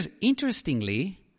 interestingly